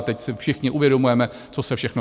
Teď si všichni uvědomujeme, co se všechno dělalo.